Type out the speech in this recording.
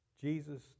Jesus